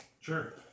Sure